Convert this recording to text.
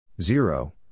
Zero